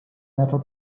metal